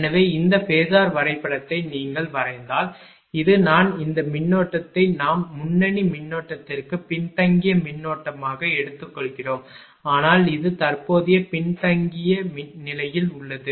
எனவே இந்த ஃபேஸர் வரைபடத்தை நீங்கள் வரைந்தால் இது நான் இந்த மின்னோட்டத்தை நாம் முன்னணி மின்னோட்டத்திற்கு பின்தங்கிய மின்னோட்டமாக எடுத்துக்கொள்கிறோம் ஆனால் இது தற்போதைய பின்தங்கிய நிலையில் உள்ளது